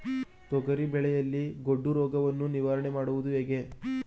ತೊಗರಿ ಬೆಳೆಯಲ್ಲಿ ಗೊಡ್ಡು ರೋಗವನ್ನು ನಿವಾರಣೆ ಮಾಡುವುದು ಹೇಗೆ?